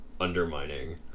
undermining